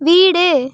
வீடு